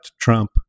Trump